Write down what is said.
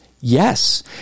Yes